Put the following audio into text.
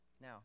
Now